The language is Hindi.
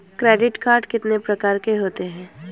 क्रेडिट कार्ड कितने प्रकार के होते हैं?